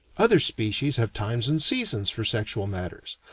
other species have times and seasons for sexual matters,